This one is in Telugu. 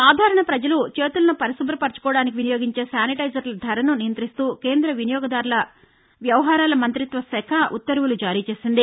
సాధారణ ప్రజలు చేతులను పరిశుభ్ర పరచుకోవడానికి వినియోగించే శానిటెజర్ల ధరలను నియంత్రిస్తూ కేంద్రద్ర వినియోగదారుల వ్యవహారాల మంత్రిత్వ శాఖ ఉత్తర్వులు జారీ చేసింది